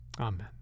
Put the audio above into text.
Amen